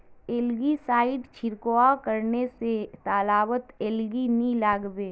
algae side छिड़काव करने स तालाबत एलगी नी लागबे